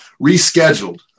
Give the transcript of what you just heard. rescheduled